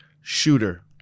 shooter